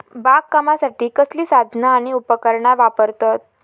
बागकामासाठी कसली साधना आणि उपकरणा वापरतत?